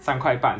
so you must eat